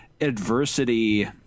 adversity